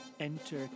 Enter